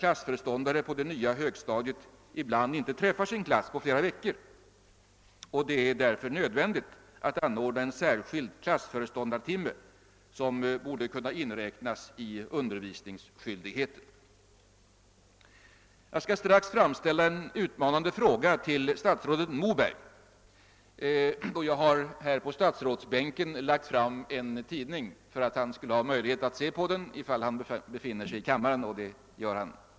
klassföreståndare på det nya högstadiet ibland inte träffar sin klass på flera veckor. Det är därför nödvändigt att anordna en särskild klassföreståndartimme som borde kunna inräknas i undervisningsskyldigheten. Jag skall strax framställa en utmanande fråga till statsrådet Moberg, och jag har på statsrådsbänken lagt fram en tidning för att han skall få möjlighet att se på den, ifall han befinner sig i kammaren — och det gör han.